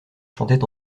chantait